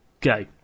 Go